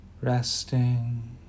Resting